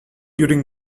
during